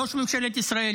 ראש ממשלת ישראל,